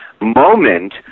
moment